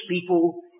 people